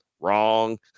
wrong